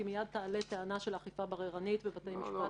כי מיד תעלה טענה של אכיפה בררנית שבתי משפט